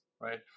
right